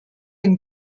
and